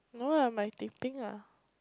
no lah my Teh-Ping lah